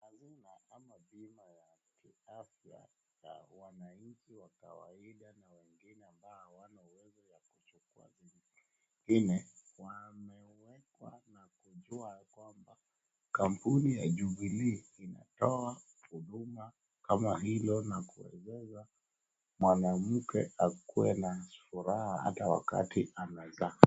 Halima ama Bima ya Afya ya wananchi wa kawaida na wengine ambao hawana uwezo ya kuchukua vilingine. Wamewekwa na kujua ya kwamba kampuni ya Jubilee inatoa huduma kama hilo na kuwezesha mwanamke akuwe na furaha hata wakati anazaa.